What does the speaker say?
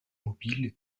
mobiles